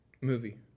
Movie